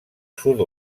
sud